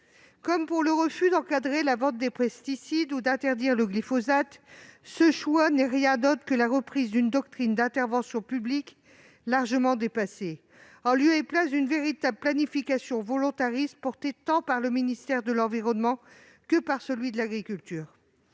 Comme pour le refus d'encadrer la vente des pesticides ou d'interdire le glyphosate, ce choix n'est rien d'autre que la reprise d'une doctrine d'intervention publique largement dépassée, en lieu et place d'une véritable planification volontariste portée tant par le ministère de l'environnement que par celui de l'agriculture